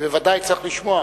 ודאי צריך לשמוע.